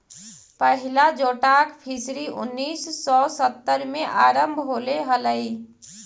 पहिला जोटाक फिशरी उन्नीस सौ सत्तर में आरंभ होले हलइ